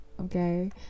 okay